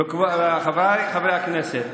חבריי חברי הכנסת,